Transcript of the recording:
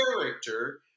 character